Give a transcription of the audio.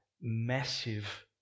massive